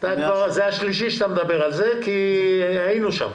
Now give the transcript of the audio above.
--- אתה כבר השלישי שמדבר על כך כי היינו שם.